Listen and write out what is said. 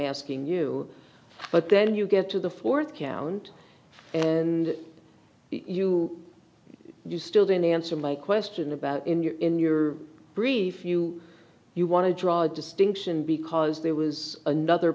ask in you but then you get to the fourth count and you you still didn't answer my question about in your in your brief you you want to draw a distinction because there was another